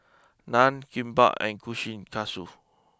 Naan Kimbap and Kushikatsu